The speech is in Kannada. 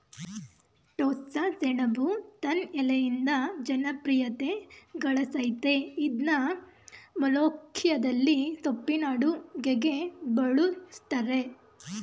ಟೋಸ್ಸಸೆಣಬು ತನ್ ಎಲೆಯಿಂದ ಜನಪ್ರಿಯತೆಗಳಸಯ್ತೇ ಇದ್ನ ಮೊಲೋಖಿಯದಲ್ಲಿ ಸೊಪ್ಪಿನ ಅಡುಗೆಗೆ ಬಳುಸ್ತರೆ